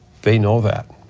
they know that.